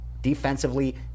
defensively